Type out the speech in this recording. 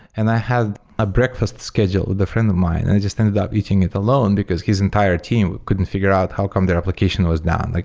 and i had a breakfast scheduled with a friend of mind and i just ended up eating it alone because his entire team couldn't figure out how come their application was down. like